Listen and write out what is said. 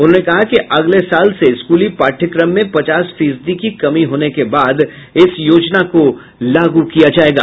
उन्होंने कहा कि अगले साल से स्कूली पाठयक्रम में पचास फीसदी की कमी होने के बाद इस योजना को लागू किया जायेगा